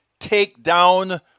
takedown